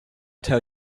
tell